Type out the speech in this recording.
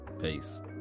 peace